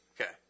Okay